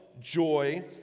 joy